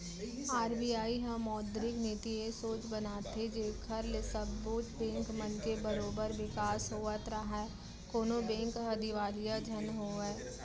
RBI ह मौद्रिक नीति ए सोच बनाथे जेखर ले सब्बो बेंक मन के बरोबर बिकास होवत राहय कोनो बेंक ह दिवालिया झन होवय